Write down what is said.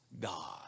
God